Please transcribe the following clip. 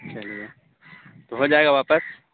چلیے تو ہو جائے گا واپس